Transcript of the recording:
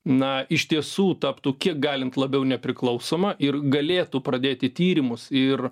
na iš tiesų taptų kiek galint labiau nepriklausoma ir galėtų pradėti tyrimus ir